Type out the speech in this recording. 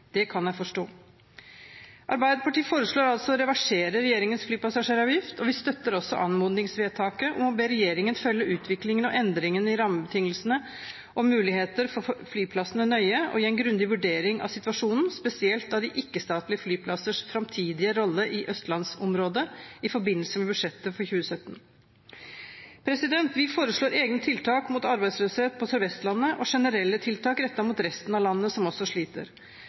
Det kan jeg forstå. Arbeiderpartiet foreslår altså å reversere regjeringens flypassasjeravgift, og vi støtter også anmodningsvedtaket om å be «regjeringen følge utviklingen og endringene i rammebetingelser og muligheter for flyplassene nøye og gi en grundig vurdering av situasjonen, spesielt av de ikke-statlige flyplassers fremtidige rolle i Østlandsområdet, i forbindelse med budsjettet for 2017». Vi foreslår egne tiltak mot arbeidsløshet på Sør-Vestlandet og generelle tiltak rettet mot resten av landet, som også sliter.